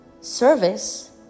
service